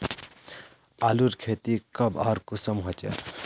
आलूर खेती कब आर कुंसम होचे?